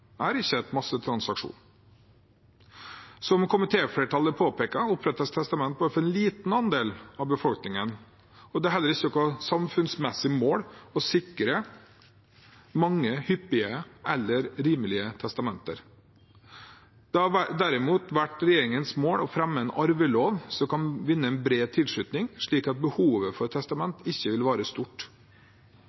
er ikke en massetransaksjon. Som komitéflertallet påpeker, opprettes testamente bare av en liten andel av befolkningen, og det er heller ikke noe samfunnsmessig mål å sikre mange hyppige eller rimelige testamenter. Det har derimot vært regjeringens mål å fremme en arvelov som kan vinne bred tilslutning, slik at behovet for testamente ikke vil være stort.